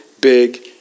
big